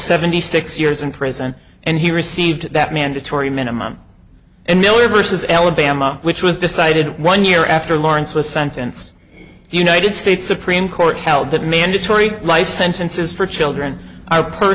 seventy six years in prison and he received that mandatory minimum and million versus alabama which was decided one year after lawrence was sentenced the united states supreme court held that mandatory life sentences for children are per